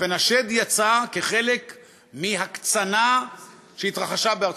ובכן, השד יצא כחלק מהקצנה שהתרחשה בארצות-הברית.